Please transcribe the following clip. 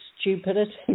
stupidity